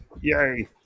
Yay